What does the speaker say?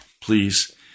please